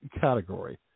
category